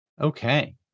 okay